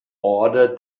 order